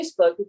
Facebook